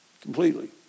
completely